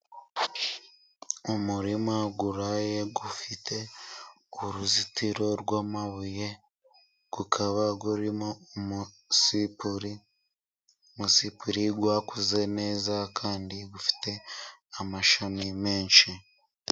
Umurima uraye, ufite uruzitiro rw'amabuye, ukaba urimo umusipuri, umusipuri wakuze neza kandi ufite amashami menshi